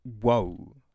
whoa